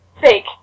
Fake